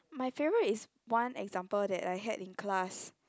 my favourite is one example that I had in class